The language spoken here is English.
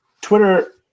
Twitter